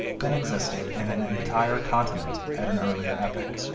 than existed in an entire continent at an earlier epoch.